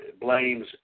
blames